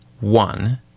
one